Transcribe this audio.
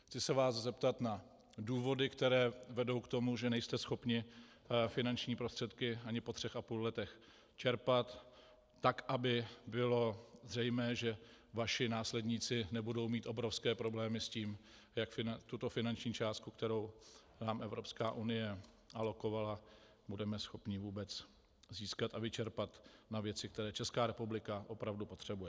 Chci se vás zeptat na důvody, které vedou k tomu, že nejste schopni finanční prostředky ani po 3,5 letech čerpat tak, aby bylo zřejmé, že vaši následníci nebudou mít obrovské problémy s tím, jak tuto finanční částku, kterou nám Evropská unie alokovala, budeme schopni vůbec získat a vyčerpat na věci, které Česká republika opravdu potřebuje.